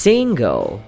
Single